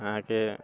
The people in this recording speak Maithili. अहाँकेँ